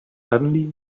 suddenly